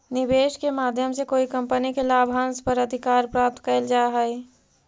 निवेश के माध्यम से कोई कंपनी के लाभांश पर अधिकार प्राप्त कैल जा हई